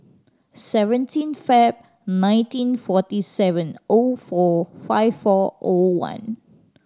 seventeen Feb nineteen forty seven O four five four O one